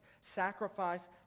sacrifice